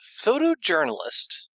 photojournalist